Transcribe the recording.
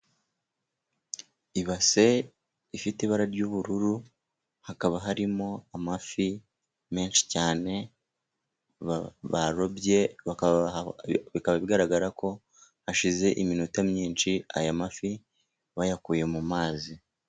Ibase ifite ibara ry'ubururu, hakaba harimo amafi menshi cyane barobye. Bikaba bigaragara ko hashize iminota myinshi aya mafi bayakuye mu mazi.